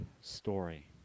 story